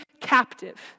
captive